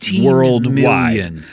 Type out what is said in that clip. worldwide